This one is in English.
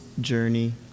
journey